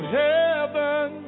heaven